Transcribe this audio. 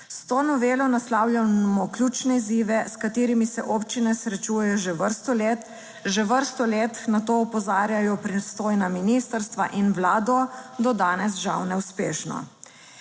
S to novelo naslavljamo ključne izzive, s katerimi se občine srečujejo že vrsto let. Že vrsto let na to opozarjajo pristojna ministrstva in Vlado, do danes žal neuspešno.